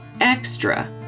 extra